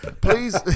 Please